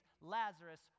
Lazarus